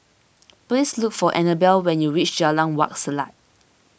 please look for Anabel when you reach Jalan Wak Selat